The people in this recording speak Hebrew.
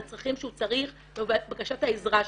לצרכים שהוא צריך ולבקשת העזרה שלו.